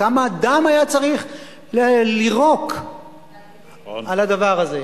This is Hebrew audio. כמה דם היה צריך לירוק על הדבר הזה.